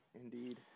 Indeed